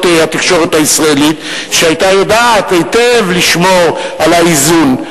התקשורת הישראלית שהיתה יודעת היטב לשמור על האיזון.